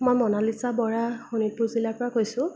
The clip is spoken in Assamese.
মই মনালিছা বৰা শোণিতপুৰ জিলাৰ পৰা কৈছোঁ